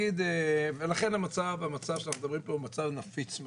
לכן המצב שאנחנו מדברים עליו הוא נפיץ מאוד.